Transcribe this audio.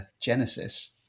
genesis